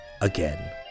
again